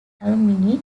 alumni